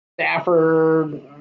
Stafford